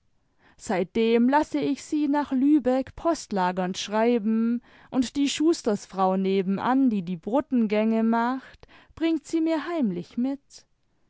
seitdem lasse ich sie nach lübeck postlagernd schreiben und die schusterfrau nebenan die die botengänge macht bringt sie mir heimlich mit